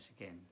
again